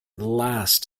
last